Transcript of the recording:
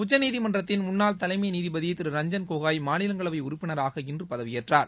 உச்சநீதிமன்றத்தின் முன்னாள் தலைமை நீதிபதி திரு ரஞ்ஜய் கோகோய் மாநிலங்களவை உறுப்பினரான இன்று பதவியேற்றார்